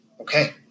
Okay